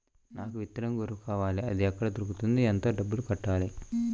నాకు విత్తనం గొర్రు కావాలి? అది ఎక్కడ దొరుకుతుంది? ఎంత డబ్బులు కట్టాలి?